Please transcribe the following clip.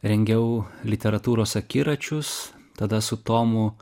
rengiau literatūros akiračius tada su tomu